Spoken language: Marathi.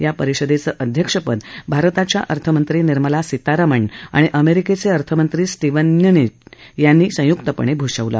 या परिषदेचं अध्यक्षपद भारताच्या अर्थमंत्री निर्मला सीतारामन आणि अमेरिकेचे अर्थमंत्री स्टिवन म्नुचिन यांनी संयुक्तपणे भूषवलं